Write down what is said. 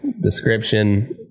description